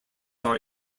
are